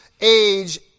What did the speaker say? age